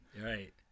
Right